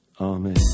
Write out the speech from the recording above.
Amen